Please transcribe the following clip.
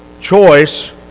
choice